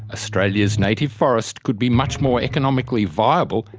australia's native forests could be much more economically viable,